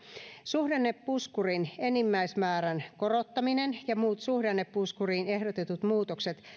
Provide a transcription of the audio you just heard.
suhdannepuskurin enimmäismäärän korottaminen ja muut suhdannepuskuriin ehdotetut muutokset